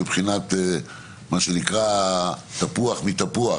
מה שנקרא "תפוח מתפוח",